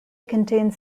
contains